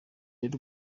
y’u